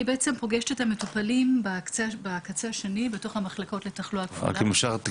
אני בעצם פוגשת את המטופלים בקצה השני בתוך המחלקות לתחלואה כפולה,